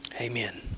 Amen